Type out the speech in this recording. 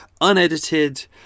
unedited